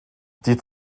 die